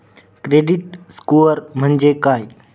Credit score म्हणजे काय?